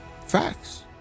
Facts